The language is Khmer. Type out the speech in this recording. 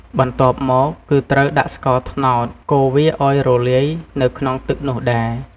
បន្ទាប់មក គឺត្រូវដាក់ស្ករត្នោត កូរវាឱ្យរលាយនៅក្នុងទឹកនោះដែរ។